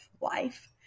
life